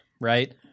right